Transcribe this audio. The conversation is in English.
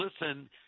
listen